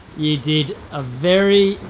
you did a very,